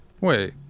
Wait